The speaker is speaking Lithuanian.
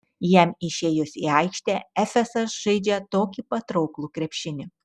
jam išėjus į aikštę efesas žaidžią tokį patrauklų krepšinį